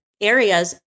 areas